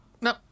no